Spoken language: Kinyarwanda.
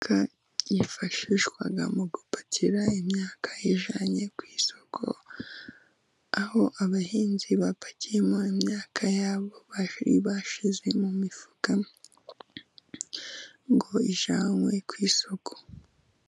Imodoka yifashishwa mu gupakira imyaka iyijyanye ku isoko, aho abahinzi bapakiyemo imyaka yabo bayishyize mu mifuka ngo ijyanwe ku isoko.